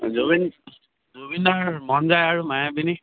জুবিন জুবিনদাৰ মন যায় আৰু মায়াবিনী